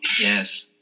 yes